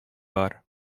бар